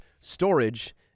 storage